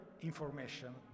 information